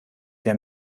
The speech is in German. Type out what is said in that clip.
der